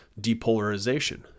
depolarization